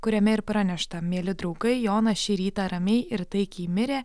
kuriame ir pranešta mieli draugai jonas šį rytą ramiai ir taikiai mirė